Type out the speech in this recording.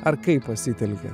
ar kaip pasitelkia